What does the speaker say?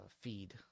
feed